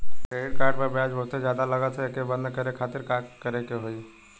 Credit card पर ब्याज बहुते ज्यादा लगत ह एके बंद करे खातिर का करे के होई?